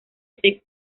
essex